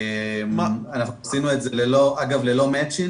אנחנו עשינו את זה אגב ללא מצ'ינג,